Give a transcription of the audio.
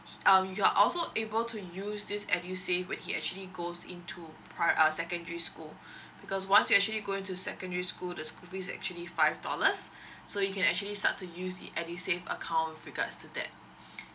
um you are also able to use this edusave when he actually goes into prim~ uh secondary school because once you actually going to secondary school the school fee is actually five dollars so you can actually start to use it at the same account with regards to that